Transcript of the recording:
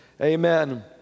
Amen